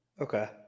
Okay